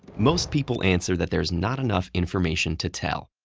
most people answer that there's not enough information to tell.